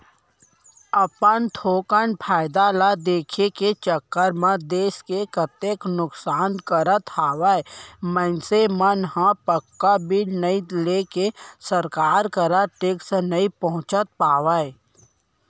अपन थोकन फायदा ल देखे के चक्कर म देस के कतेक नुकसान करत हवय मनसे मन ह पक्का बिल नइ लेके सरकार करा टेक्स नइ पहुंचा पावय